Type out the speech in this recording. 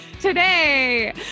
Today